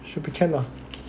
should be can lah